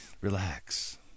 relax